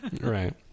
Right